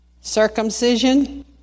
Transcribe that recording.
Circumcision